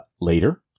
later